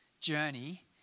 journey